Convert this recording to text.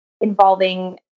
involving